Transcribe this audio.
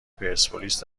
پرسپولیس